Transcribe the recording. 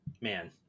Man